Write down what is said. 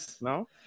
No